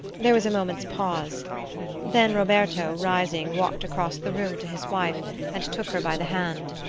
there was a moment's pause then roberto, rising, walked across the room to his wife and took her by the hand.